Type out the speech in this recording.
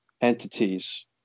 entities